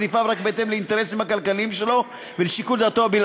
סניפיו רק בהתאם לאינטרסים הכלכליים שלו ולשיקול דעתו הבלעדי.